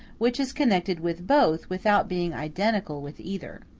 which is connected with both without being identical with either.